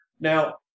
Now